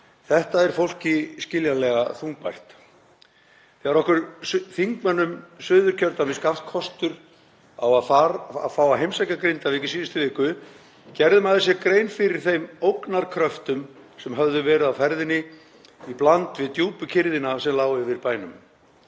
Þetta er fólki skiljanlega þungbært. Þegar okkur þingmönnum Suðurkjördæmis gafst kostur á að fá að heimsækja Grindavík í síðustu viku gerði maður sér grein fyrir þeim ógnarkröftum sem höfðu verið á ferðinni í bland við djúpu kyrrðina sem lá yfir bænum.